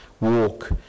walk